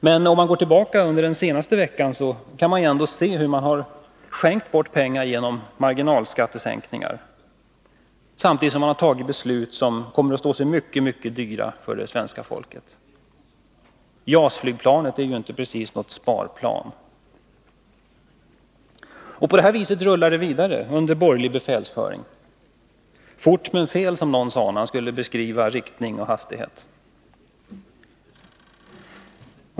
Men om man går tillbaka under den senaste veckan kan man se hur det har skänkts bort pengar genom marginalskattesänkningar samtidigt som beslut fattats som kommer att bli mycket dyra för svenska folket — JAS-flygplanet är ju inte precis något sparplan. På det här sättet rullar det vidare under borgerlig befälsföring — ”fort men fel”, som någon sade som skulle förklara riktning och hastighet.